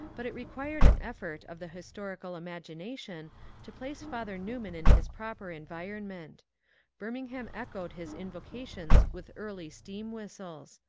but it required an effort of the historical imagination to place father newman in his proper environment birming ham echoed his invocations with early steam-whistles.